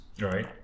Right